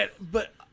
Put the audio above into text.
But-